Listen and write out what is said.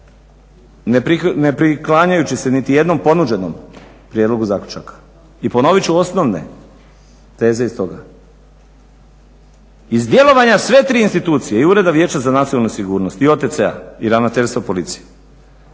ne priklanjajući se niti jednom ponuđenom prijedlogu zaključaka. I ponovit ću osnovne teze iz toga. Iz djelovanja sve tri institucije i Ureda Vijeća za nacionalnu sigurnost i OTC-a i Ravnateljstva Policije